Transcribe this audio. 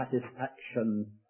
satisfaction